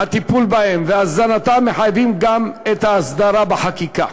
הטיפול בהן והזנתן מחייבים גם את ההסדרה בחקיקה.